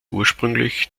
ursprünglich